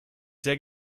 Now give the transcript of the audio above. sehr